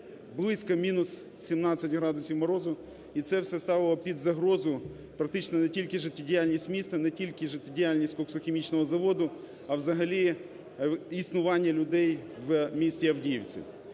близько мінус 17 градусів морозу, і це все ставило під загрозу практично не тільки життєдіяльність міста, не тільки життєдіяльність коксохімічного заводу, а взагалі існування людей в місті Авдіївці.